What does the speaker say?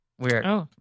Weird